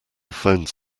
phones